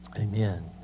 Amen